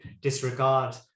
disregard